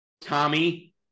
Tommy